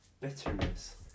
bitterness